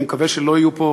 אני מקווה שלא יהיו פה